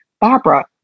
Barbara